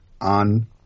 on